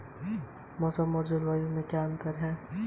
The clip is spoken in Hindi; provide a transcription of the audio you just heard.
ऋण के लिए पात्रता क्या निर्धारित करती है?